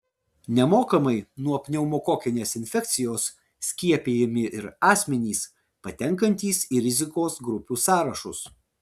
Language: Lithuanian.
nemokamai nuo pneumokokinės infekcijos skiepijami ir asmenys patenkantys į rizikos grupių sąrašus